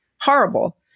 Horrible